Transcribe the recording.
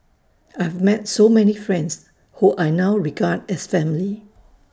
I have met so many friends who I now regard as family